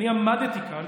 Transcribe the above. ואני עמדתי כאן